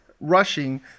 rushing